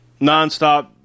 nonstop